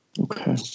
okay